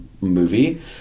movie